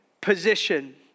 position